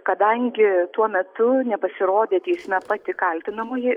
kadangi tuo metu nepasirodė teisme pati kaltinamoji